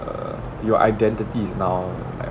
err your identity is now like